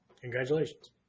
Congratulations